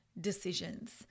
decisions